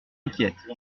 inquiète